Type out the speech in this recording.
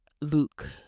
Luke